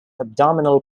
abdominal